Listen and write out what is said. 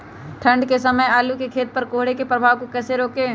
ठंढ के समय आलू के खेत पर कोहरे के प्रभाव को कैसे रोके?